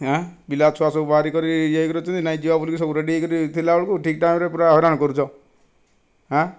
ହାଁ ପିଲା ଛୁଆ ସବୁ ବାହାରି କରି ୟେ ହୋଇ କରି ଅଛନ୍ତି କି ନାହିଁ ଯିବା ବୋଲି କିରି ସବୁ ରେଡ଼ି ହୋଇ କରି ଥିଲା ବେଳକୁ ପୁରା ଠିକ ଟାଇମ୍ରେ ପୁରା ହଇରାଣ କରୁଛ ହାଁ